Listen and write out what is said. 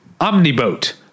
Omniboat